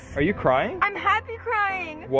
are you crying? i'm happy crying. what?